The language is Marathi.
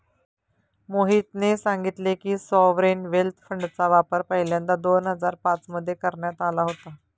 मोहितने सांगितले की, सॉवरेन वेल्थ फंडचा वापर पहिल्यांदा दोन हजार पाच मध्ये करण्यात आला होता